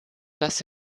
dass